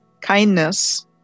kindness